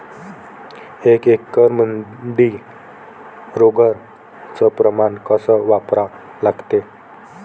एक एकरमंदी रोगर च प्रमान कस वापरा लागते?